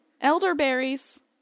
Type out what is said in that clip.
elderberries